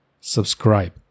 subscribe